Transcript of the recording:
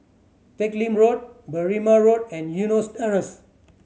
Teck Lim Road Berrima Road and Eunos Terrace